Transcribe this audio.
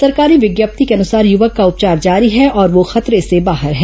सरकारी विज्ञप्ति के अनुसार युवक का उपचार जारी है और वह खतरे से बाहर है